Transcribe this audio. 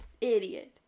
Idiot